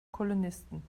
kolonisten